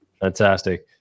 fantastic